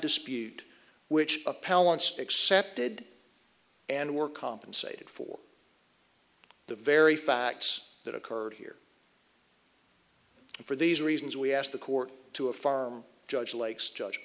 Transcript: dispute which appellant excepted and were compensated for the very facts that occurred here for these reasons we asked the court to a farm judge lake's judge